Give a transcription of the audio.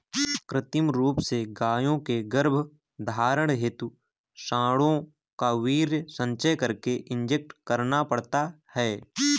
कृत्रिम रूप से गायों के गर्भधारण हेतु साँडों का वीर्य संचय करके इंजेक्ट करना पड़ता है